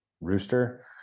rooster